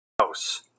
house